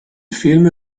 film